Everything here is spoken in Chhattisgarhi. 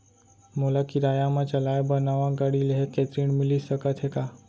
मोला किराया मा चलाए बर नवा गाड़ी लेहे के ऋण मिलिस सकत हे का?